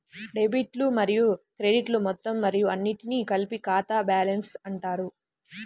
డెబిట్లు మరియు క్రెడిట్లు మొత్తం మరియు అన్నింటినీ కలిపి ఖాతా బ్యాలెన్స్ అంటారు